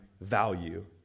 value